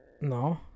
No